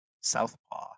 Southpaw